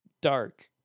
dark